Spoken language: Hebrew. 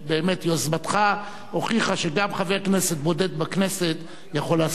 יוזמתך הוכיחה שגם חבר כנסת בודד בכנסת יכול לעשות רבות.